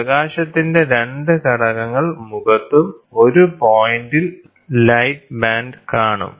പ്രകാശത്തിന്റെ 2 ഘടകങ്ങൾ മുഖത്തും ഒരു പോയിന്റിൽ ലൈറ്റ് ബാൻഡ് കാണും